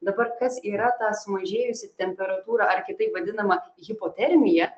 dabar kas yra ta sumažėjusi temperatūra ar kitaip vadinama hipotermija